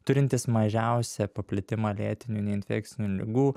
turintys mažiausią paplitimą lėtinių neinfekcinių ligų